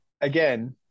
again